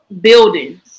buildings